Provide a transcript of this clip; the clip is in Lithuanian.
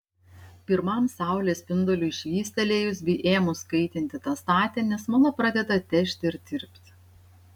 pirmam saulės spinduliui švystelėjus bei ėmus kaitinti tą statinį smala pradeda težti ir tirpti